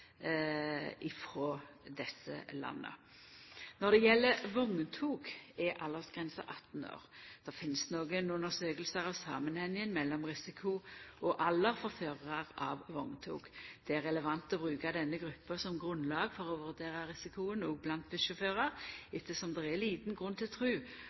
desse landa. Når det gjeld vogntog, er aldersgrensa 18 år. Det finst nokre undersøkingar av samanhengen mellom risiko og alder for førarar av vogntog. Det er relevant å bruka denne gruppa som grunnlag for å vurdera risikoen òg blant busssjåførar, ettersom det er liten grunn til å tru